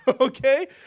Okay